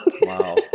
Wow